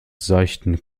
seichten